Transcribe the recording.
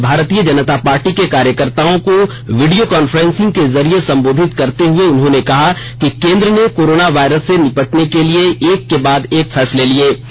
आज भारतीय जनता पार्टी के कार्यकर्ताओं को वीडियो कांफ्रेंसिंग के जरिये संबोधित करते हुए उन्होंने कहा कि केन्द्र ने कोरोना वायरस से निपटने के लिए एक के बाद एक फैसले लिये